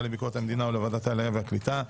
ביקורת המדינה או ועדת העלייה והקליטה.